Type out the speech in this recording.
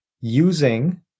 using